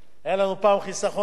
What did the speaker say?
עברנו,